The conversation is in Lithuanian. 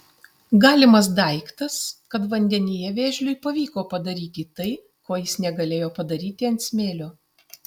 galimas daiktas kad vandenyje vėžliui pavyko padaryti tai ko jis negalėjo padaryti ant smėlio